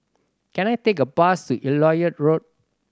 can I take a bus to Elliot Road